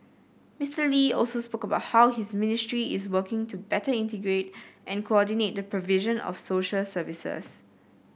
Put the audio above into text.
Mister Lee also spoke about how his ministry is working to better integrate and coordinate the provision of social services